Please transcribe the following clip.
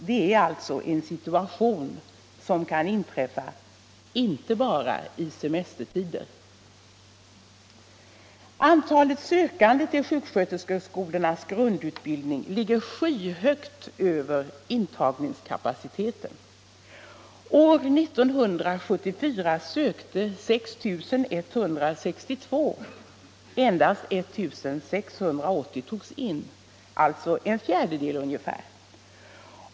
Det är alltså en situation som kan inträffa inte bara i semestertider. Antalet sökande till sjuksköterskeskolornas grundutbildning ligger skyhögt över intagningskapaciteten. År 1974 sökte 6 162. Endast 1 680 togs in, alltså ungefär en fjärdedel.